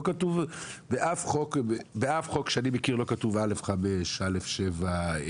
באף חוק שאני מכיר לא כתוב א.5, א.7.